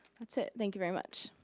that's it. thank you very much.